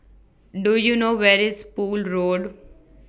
Do YOU know Where IS Poole Road